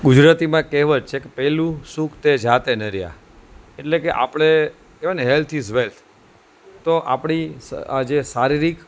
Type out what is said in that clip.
ગુજરાતીમાં કહેવત છે કે પેલું સુખ તે જાતે નર્યા એટલે કે આપણે કહેવાયને હેલ્થ ઇસ વેલ્થ તો આપણી સ આ જે શારીરિક